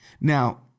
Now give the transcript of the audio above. now